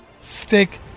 stick